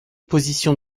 positions